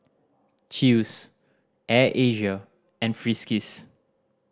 Chew's Air Asia and Friskies